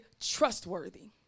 trustworthy